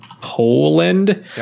Poland